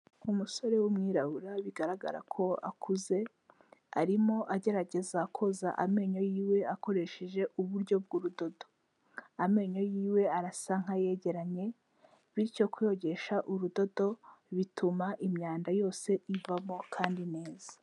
Umusore w'umwirabura bigaragara ko akuze, arimo agerageza koza amenyo y'iwe akoresheje uburyo bw'urudodo. Amenyo y'iwe arasa nk'ayegeranye, bityo kuyogesha urudodo, bituma imyanda yose ivamo kandi neza.